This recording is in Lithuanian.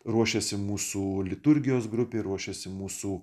ruošėsi mūsų liturgijos grupė ruošėsi mūsų